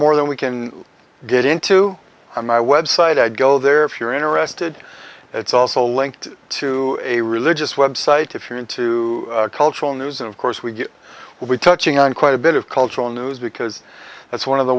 more than we can get into my website i go there if you're interested it's also linked to a religious website if you're into cultural news and of course we will be touching on quite a bit of cultural news because that's one of the